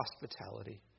hospitality